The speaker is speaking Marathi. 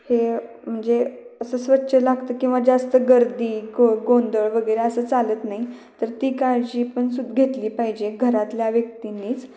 हे म्हणजे असं स्वच्छ लागतं किंवा जास्त गर्दी गों गोंधळ गैरे असं चालत नाही तर ती काळजी पण सु घेतली पाहिजे घरातल्या व्यक्तींनी